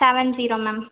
seven zero ma'am